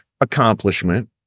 accomplishment